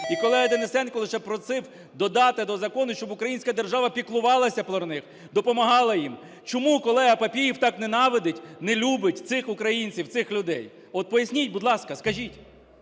І колега Денисенко лише просив додати до закону, щоб українська держава піклувалася про них, допомагала їм. Чому колега Папієв так ненавидить, не любить цих українців, цих людей? От поясніть, будь ласка, скажіть.